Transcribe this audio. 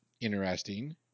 interesting